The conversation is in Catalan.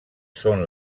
són